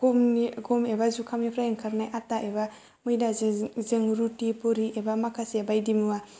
गमनि गम एबा जुखामनिफ्राय ओंखारनाय आथा एबा मैदा जों रुति पुरि एबा माखासे बायदि मुवा